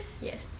Yes